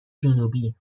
جنوبی